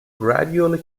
gradually